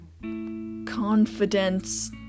confidence